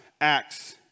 Acts